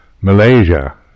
Malaysia